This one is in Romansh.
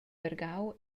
vargau